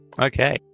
Okay